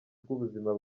rw’ubuzima